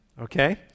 okay